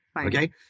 Okay